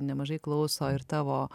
nemažai klauso ir tavo